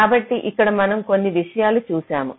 కాబట్టి ఇక్కడ మనం కొన్ని విషయాలు చూశాము